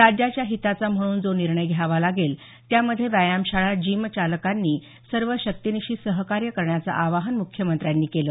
राज्याच्या हिताचा म्हणून जो निर्णय घ्यावा लागेल त्यामध्ये व्यायामशाळा जिम चालकांनी सर्व शक्तीनिशी सहकार्य करण्याचं आवाहन मुख्यमंत्र्यांनी केलं